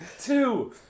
two